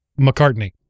McCartney